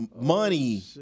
money